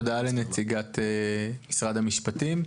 תודה לנציגת משרד המשפטים.